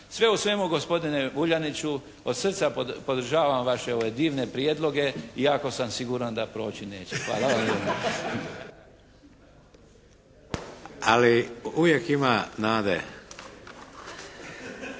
Sve u svemu gospodine Vuljaniću, od srca podržavam vaše ove divne prijedloge i jako sam siguran da proći neće. Hvala vam lijepa.